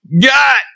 got